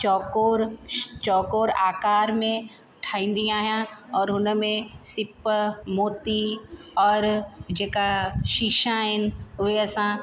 चौकोर श चौकोर आकार में ठाहींदी आहियां और हुन में सिप मोती और जेका शीशा आहिनि उहे असां